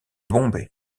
bombay